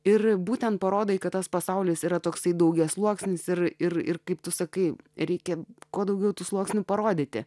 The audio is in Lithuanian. ir būtent parodai kad tas pasaulis yra toks daugiasluoksnis ir ir ir kaip tu sakai reikia kuo daugiau tų sluoksnių parodyti